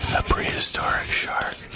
a prehistoric shark,